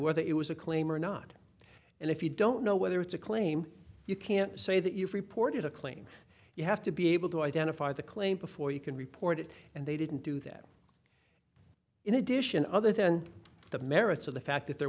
whether it was a claim or not and if you don't know whether it's a claim you can't say that you've reported a claim you have to be able to identify the claim before you can report it and they didn't do that in addition other than the merits of the fact that there